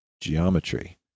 Geometry